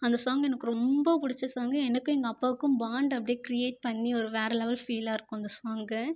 அந்த சாங் எனக்கு ரொம்ப பிடிச்ச சாங் எனக்கும் எங்க அப்பாவுக்கும் பாண்டை அப்படியே கிரியேட் பண்ணி ஒரு வேறு லெவல் ஃபீல்லாக இருக்கு அந்த சாங்